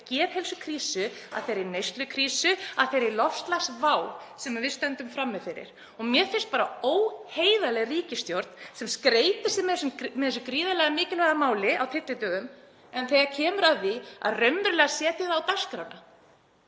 geðheilsukrísu, þeirri neyslukrísu, þeirri loftslagsvá sem við stöndum frammi fyrir og mér finnst það bara óheiðarleg ríkisstjórn sem skreytir sig með þessu gríðarlega mikilvæga máli á tyllidögum en þegar kemur að því að raunverulega setja það á dagskrána